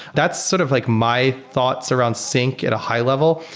that's sort of like my thoughts around sync at a high level.